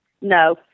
No